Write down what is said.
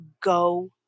go